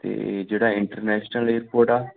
ਅਤੇ ਜਿਹੜਾ international airport ਆ